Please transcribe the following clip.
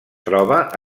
troba